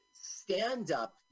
stand-up